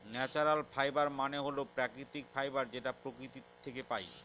natural fibre মানে হল প্রাকৃতিক ফাইবার যেটা প্রকৃতি থাকে পাই